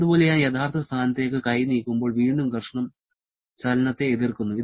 അതുപോലെ ഞാൻ യഥാർത്ഥ സ്ഥാനത്തേക്ക് കൈ നീക്കുമ്പോൾ വീണ്ടും ഘർഷണം ചലനത്തെ എതിർക്കുന്നു